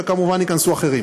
וכמובן ייכנסו אחרים.